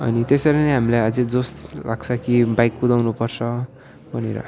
अनि त्यसरी नै हामीलाई अझै जोस् लाग्छ कि बाइक कुदाउनुपर्छ भनेर